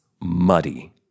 muddy